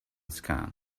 scams